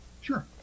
sure